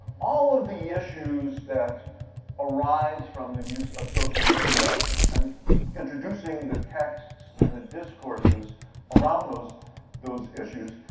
all of the issues that arise from the use of social media and introducing the texts and the discourses around those those issues,